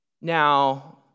Now